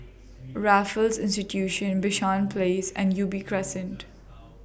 Raffles Institution Bishan Place and Ubi Crescent